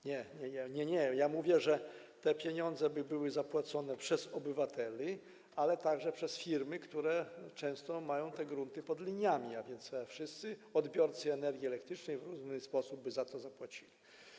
Nie, ja mówię, że te pieniądze by były zapłacone przez obywateli, ale także przez firmy, które często mają te grunty pod liniami, a więc wszyscy odbiorcy energii elektrycznej w równy sposób by za to zapłacili.